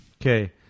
Okay